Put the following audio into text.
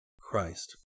Christ